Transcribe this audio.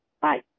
Bye